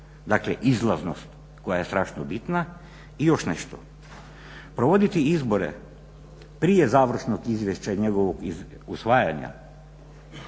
Dakle, izlaznost koja je strašno bitna i još nešto, provoditi izbore prije završnog izvješća i njegovog usvajanja